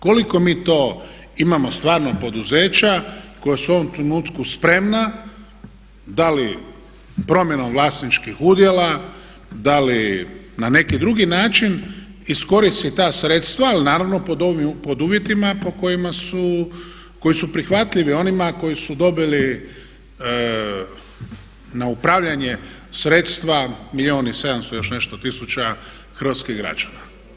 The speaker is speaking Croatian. Koliko mi to imamo stvarno poduzeća koja su u ovom trenutku spremna da li promjenom vlasničkih udjela, da li na neki drugi način iskoristiti ta sredstva ali naravno pod uvjetima po kojima su, koji su prihvatljivi onima koji su dobili na upravljanje sredstva 1 milijuna i 700 i još nešto tisuća hrvatskih građana.